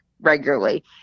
regularly